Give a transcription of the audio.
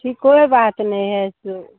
ठीक कोई बात नहीं है ऐसे